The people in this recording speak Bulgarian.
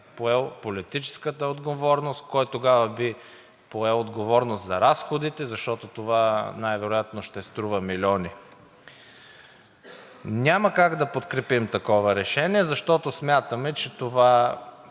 политическата отговорност? Кой тогава би поел отговорност за разходите, защото това най-вероятно ще струва милиони? Няма как да подкрепим такова решение, защото смятаме, че това,